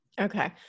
Okay